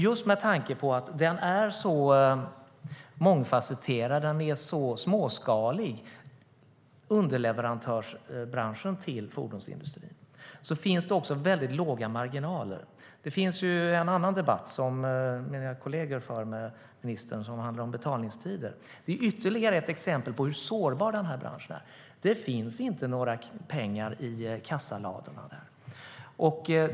Just med tanke på att underleverantörsbranschen till fordonsindustrin är så mångfasetterad och småskalig finns det också väldigt små marginaler. Det finns en annan debatt, som mina kolleger för med ministern, som handlar om betalningstider. Det är ytterligare ett exempel på hur sårbar den här branschen är - det finns inga pengar i ladorna.